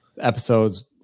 episodes